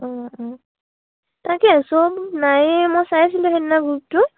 অঁ অঁ তাকে চব নাই মই চাইছিলোঁ সেইদিনা গ্ৰুপটো